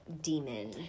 demon